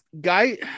Guy